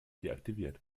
deaktiviert